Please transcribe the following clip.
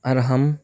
ارحم